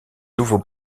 nouveau